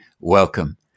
welcome